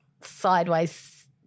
sideways